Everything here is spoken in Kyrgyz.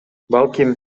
балким